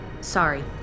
Sorry